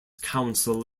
council